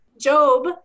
Job